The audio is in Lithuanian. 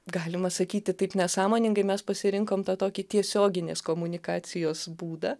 galima sakyti taip nesąmoningai mes pasirinkom tą tokį tiesioginės komunikacijos būdą